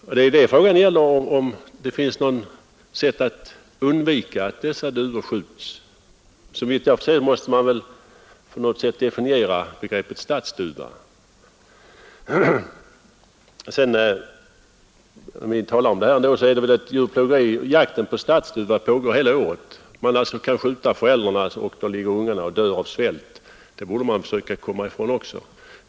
Vad frågan här gäller är alltså om det finns något sätt att undvika att sådana duvor skjuts. Såvitt jag ser måste man väl närmare definiera begreppet stadsduva, Vidare kan denna avskjutning också vara djurplågeri, eftersom jakten på stadsduvor pågår hela året och vederbörande alltså kan skjuta föräldrarna med påföljd att ungarna ligger och dör av svält. Det borde vi också försöka komma ifrån.